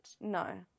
no